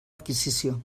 adquisició